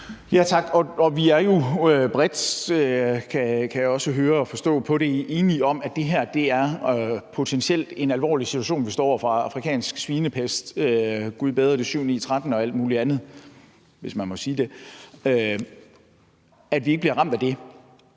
Tak. Vi er jo bredt, kan jeg også høre og forstå på det, enige om, at det her potentielt er en alvorlig situation, vi står over for, i forhold til afrikansk svinepest. Gud bedre det, syv-ni-tretten og alt muligt andet – hvis man må sige det – at vi ikke bliver ramt af det!